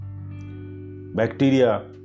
bacteria